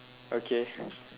okay